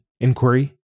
inquiry